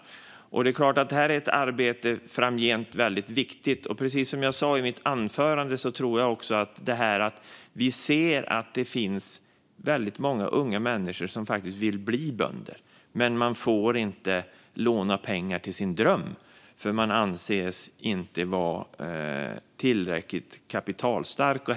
Detta arbete är framgent väldigt viktigt. Precis som jag sa i mitt anförande ser vi att det finns väldigt många unga människor som faktiskt vill bli bönder, men de får inte låna pengar till sin dröm eftersom de inte anses vara tillräckligt kapitalstarka.